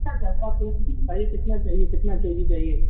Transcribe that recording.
پہلے آپ یہ بتائیے آپ کو کتنا چاہیے کتنا کے جی چاہیے